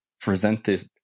presented